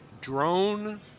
drone